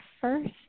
first